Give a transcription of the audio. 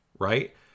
Right